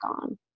on